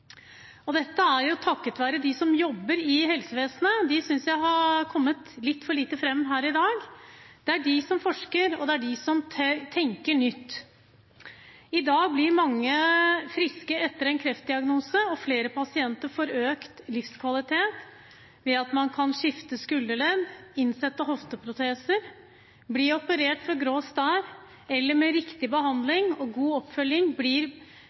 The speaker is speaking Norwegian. tempo. Dette er mulig takket være dem som jobber i helsevesenet, som jeg synes har kommet litt for lite fram her i dag. Det er de som forsker, og det er de som tør å tenke nytt. I dag blir mange friske etter en kreftdiagnose, og flere pasienter får økt livskvalitet ved at man kan skifte skulderledd, innsette hofteproteser og bli operert for grå stær, og med riktig behandling og god oppfølging blir